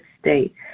state